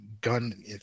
gun